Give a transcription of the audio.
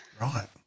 Right